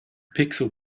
pixel